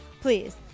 please